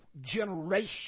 generation